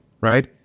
right